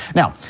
now,